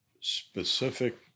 specific